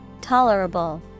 Tolerable